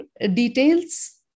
details